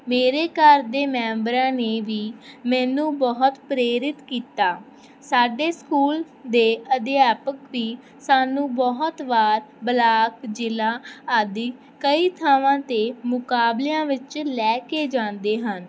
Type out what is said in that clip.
ਮੇਰੇ ਘਰ ਦੇ ਮੈਂਬਰਾਂ ਨੇ ਵੀ ਮੈਨੂੰ ਬਹੁਤ ਪ੍ਰੇਰਿਤ ਕੀਤਾ ਸਾਡੇ ਸਕੂਲ ਦੇ ਅਧਿਆਪਕ ਵੀ ਸਾਨੂੰ ਬਹੁਤ ਵਾਰ ਬਲਾਕ ਜ਼ਿਲ੍ਹਾ ਆਦਿ ਕਈ ਥਾਵਾਂ 'ਤੇ ਮੁਕਾਬਲਿਆਂ ਵਿੱਚ ਲੈ ਕੇ ਜਾਂਦੇ ਹਨ